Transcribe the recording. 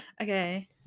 Okay